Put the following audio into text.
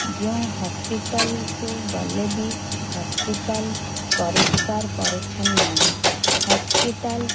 ଯେଉଁ ହସ୍ପିଟାଲ୍ କୁ ଗଲେବି ହସ୍ପିଟାଲ୍ ପରିଷ୍କାର ପରିଚ୍ଛନ୍ନ ନାହିଁ ହସ୍ପିଟାଲ୍